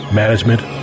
management